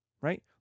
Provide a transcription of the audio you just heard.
right